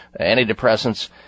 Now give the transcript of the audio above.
antidepressants